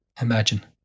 imagine